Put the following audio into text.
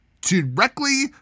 directly